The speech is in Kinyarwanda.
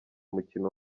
umukino